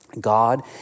God